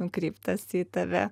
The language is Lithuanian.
nukreiptas į tave